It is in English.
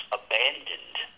abandoned